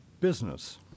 business